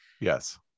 Yes